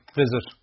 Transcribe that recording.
visit